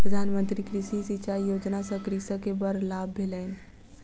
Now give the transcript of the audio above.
प्रधान मंत्री कृषि सिचाई योजना सॅ कृषक के बड़ लाभ भेलैन